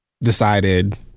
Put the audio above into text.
decided